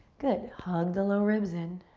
good, hug the low ribs in.